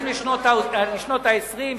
שאנחנו נכנסנו אליו,